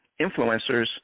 influencers